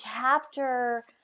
chapter